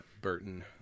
Burton